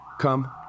come